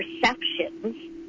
perceptions